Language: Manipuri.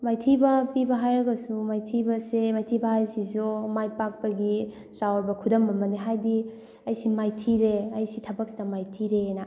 ꯃꯥꯏꯊꯤꯕ ꯄꯤꯕ ꯍꯥꯏꯔꯒꯁꯨ ꯃꯥꯏꯊꯤꯕꯁꯦ ꯃꯥꯏꯊꯤꯕ ꯍꯥꯏꯁꯤꯁꯨ ꯃꯥꯏ ꯄꯥꯛꯄꯒꯤ ꯆꯥꯎꯔꯕ ꯈꯨꯗꯝ ꯑꯃꯅꯤ ꯍꯥꯏꯗꯤ ꯑꯩꯁꯤ ꯃꯥꯏꯊꯤꯔꯦ ꯑꯩꯁꯤ ꯊꯕꯛꯁꯤꯗ ꯃꯥꯏꯊꯤꯔꯦꯅ